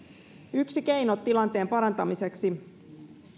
yksi keino tilanteen parantamiseksi